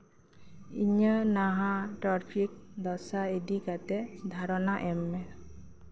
ᱤᱧᱟᱹᱜ ᱱᱟᱦᱟᱜ ᱴᱨᱟᱯᱷᱤᱠ ᱫᱚᱥᱟ ᱤᱫᱤ ᱠᱟᱛᱮᱫ ᱫᱷᱟᱨᱚᱱᱟ ᱮᱢ ᱢᱮ